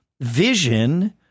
vision